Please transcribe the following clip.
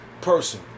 person